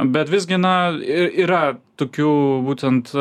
bet visgi na i yra tokių būtent